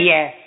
Yes